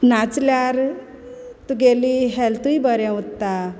नाचल्यार तुगेली हॅल्थूय बरें उत्ता